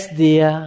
dear